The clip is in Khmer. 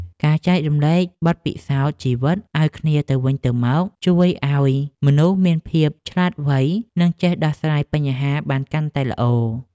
ការចែករំលែកបទពិសោធន៍ជីវិតឱ្យគ្នាទៅវិញទៅមកជួយឱ្យមនុស្សមានភាពឆ្លាតវៃ និងចេះដោះស្រាយបញ្ហាបានកាន់តែល្អ។